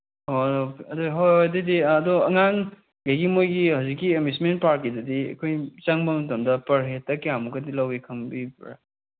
ꯑꯣ ꯑꯗꯨ ꯍꯣꯏ ꯍꯣꯏ ꯑꯗꯨꯗꯤ ꯑꯗꯣ ꯑꯉꯥꯡꯈꯩꯒꯤ ꯃꯣꯏꯒꯤ ꯍꯧꯖꯤꯛꯀꯤ ꯑꯦꯃ꯭ꯌꯨꯁꯃꯦꯟ ꯄꯥꯔꯛꯀꯤꯗꯨꯗꯤ ꯆꯪꯕ ꯃꯇꯝꯗ ꯄꯔ ꯍꯦꯠꯇ ꯀꯌꯥꯃꯨꯛꯀꯗꯤ ꯂꯧꯋꯤ ꯈꯪꯕꯤꯕ꯭ꯔꯥ